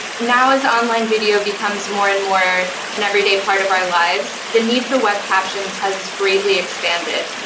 now, as online video becomes more and more an everyday part of our lives, the need for web captions has greatly expanded,